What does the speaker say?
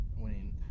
winning